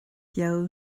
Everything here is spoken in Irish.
beo